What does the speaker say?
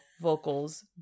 vocals